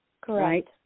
Correct